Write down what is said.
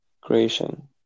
creation